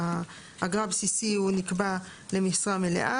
האגרה הבסיסית הוא נקבע למשרה מלאה,